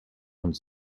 und